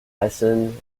essen